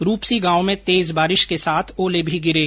रूपसी गांव में तेज बारिश के साथ ओले भी गिरे